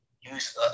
use